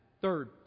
Third